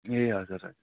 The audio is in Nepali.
ए हजुर हजुर